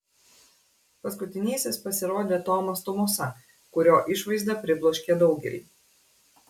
paskutinysis pasirodė tomas tumosa kurio išvaizda pribloškė daugelį